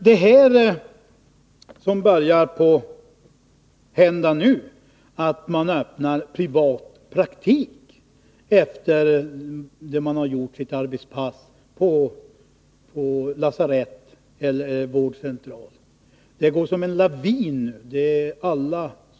Det som nu börjar hända är att man går till en privatpraktik efter det att man gjort sitt arbetspass på lasarett eller vårdcentral; den utvecklingen går fram som en lavin.